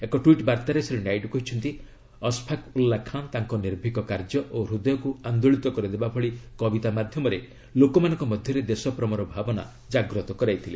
ଏକ ଟ୍ୱିଟ୍ ବାର୍ତ୍ତାରେ ଶ୍ରୀ ନାଇଡୁ କହିଛନ୍ତି ଅଶଫାକ୍ ଉଲ୍ଲା ଖାନ୍ ତାଙ୍କର ନିର୍ଭୀକ କାର୍ଯ୍ୟ ଓ ହୃଦୟକୁ ଆନ୍ଦୋଳିତ କରିଦେବା ଭଳି କବିତା ମାଧ୍ୟମରେ ଲୋକମାନଙ୍କ ମଧ୍ୟରେ ଦେଶପ୍ରେମର ଭାବନା ଜାଗ୍ରତ କରାଇଥିଲେ